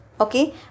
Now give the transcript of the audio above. Okay